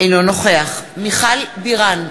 אינו נוכח מיכל בירן,